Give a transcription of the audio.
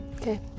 Okay